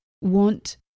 want